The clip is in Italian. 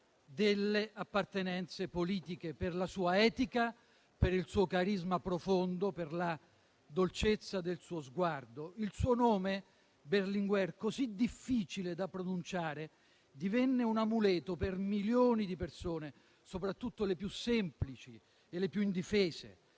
delle appartenenze politiche, per la sua etica, per il suo carisma profondo, per la dolcezza del suo sguardo. Il suo nome, Berlinguer, così difficile da pronunciare, divenne un amuleto per milioni di persone, soprattutto le più semplici e le più indifese.